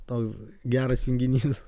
toks geras junginys